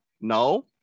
no